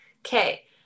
Okay